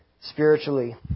spiritually